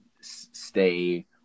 stay